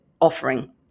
offering